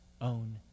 own